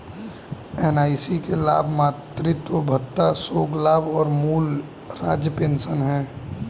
NIC के लाभ मातृत्व भत्ता, शोक लाभ और मूल राज्य पेंशन हैं